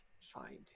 find